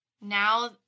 Now